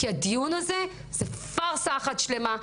כי הדיון הזה הוא פארסה אחת שלמה,